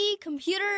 computer